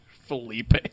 Felipe